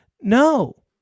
no